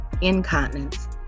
incontinence